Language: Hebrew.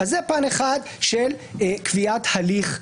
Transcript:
זה פן אחד של קביעת הליך מיוחד.